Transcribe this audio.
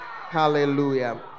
Hallelujah